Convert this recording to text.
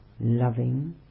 loving